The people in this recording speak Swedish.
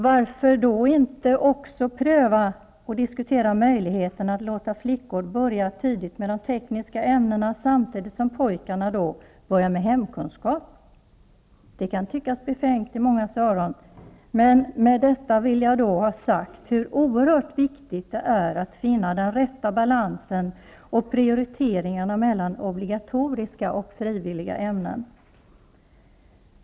Varför då inte också diskutera möjligheten att låta flickor börja tidigt med de tekniska ämnena samtidigt som pojkarna börjar med hemkunskap? Det kan i mångas öron tyckas befängt. Med detta vill jag ha sagt hur oerhört viktigt det är att värna den rätta balansen och prioriteringarna mellan obligatoriska och frivilliga ämnen.